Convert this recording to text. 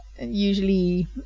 usually